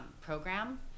program